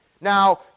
Now